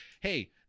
hey